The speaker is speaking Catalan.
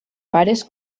pares